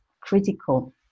critical